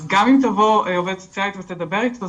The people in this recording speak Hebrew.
אז גם אם תבוא עובדת סוציאלית ותדבר איתו,